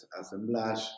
assemblage